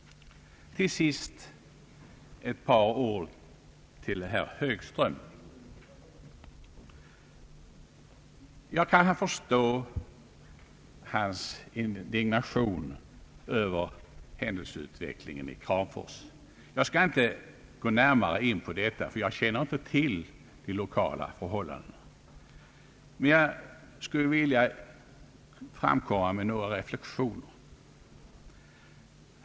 Till sist ett par ord till herr Högström. Jag kan förstå hans indignation över händelseutvecklingen i Kramfors. Jag skall inte gå närmare in på detta — jag känner inte till de lokala förhållandena — men jag skulle vilja komma med några allmänna reflexioner.